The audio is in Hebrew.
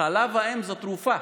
חלב האם הוא תרופה.